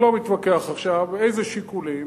ואני לא מתווכח עכשיו איזה שיקולים,